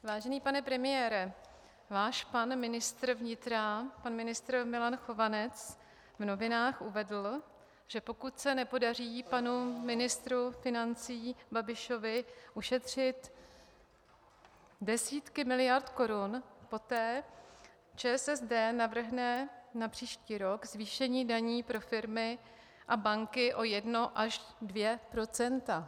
Vážený pane premiére, váš pan ministr vnitra, pan ministr Milan Chovanec, v novinách uvedl, že pokud se nepodaří panu ministru financí Babišovi ušetřit desítky miliard korun, poté ČSSD navrhne na příští rok zvýšení daní pro firmy a banky o 1 až 2 procenta.